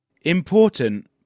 Important